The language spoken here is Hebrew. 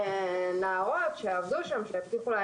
באמת חושב שיעשה טוב עכשיו אם תוסיפו אולי